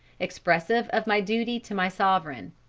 expressive of my duty to my sovereign.